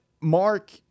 Mark